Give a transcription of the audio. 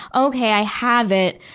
okay i have it.